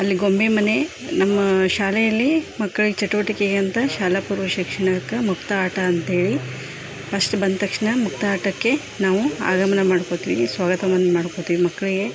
ಅಲ್ಲಿ ಗೊಂಬೆ ಮನೆ ನಮ್ಮ ಶಾಲೆಯಲ್ಲಿ ಮಕ್ಳಿಗೆ ಚಟುವಟಿಕೆಗಂತ ಶಾಲಾ ಪೂರ್ವ ಶಿಕ್ಷಣಕ್ಕೆ ಮುಕ್ತ ಆಟ ಅಂತೇಳಿ ಫಸ್ಟ್ ಬಂದತಕ್ಷ್ಣ ಮುಕ್ತ ಆಟಕ್ಕೆ ನಾವು ಆಗಮನ ಮಾಡ್ಕೊತೀವಿ ಸ್ವಾಗತವನ್ನು ಮಾಡ್ಕೊತೀವಿ ಮಕ್ಕಳಿಗೆ